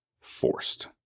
forced